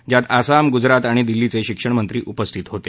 यात आसाम गुजरात आणि दिल्लीचे शिक्षणमंत्री उपस्थित होते